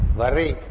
worry